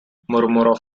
mormorò